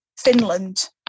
Finland